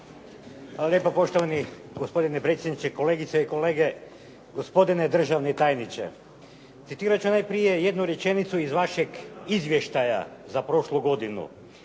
Hvala lijepa poštovani gospodine predsjedniče, kolegice i kolege, gospodine državni tajniče. Citirat ću najprije jednu rečenicu iz vašeg izvještaja za prošlu godinu: